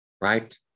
right